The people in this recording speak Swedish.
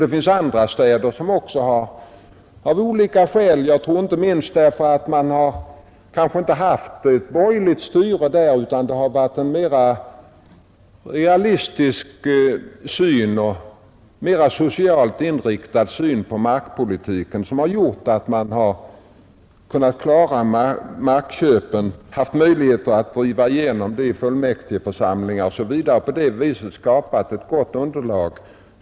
Det finns också andra städer som befinner sig i samma situation, och jag tror inte minst att detta beror på att man inte där haft något borgerligt styre utan fört en mera realistisk politik och haft en mer socialt inriktad syn på markpolitiken. Man har kunnat klara markköpen och haft möjligheter att driva igenom sin politik i fullmäktigeförsamlingarna till gagn för alla kommunens invånare.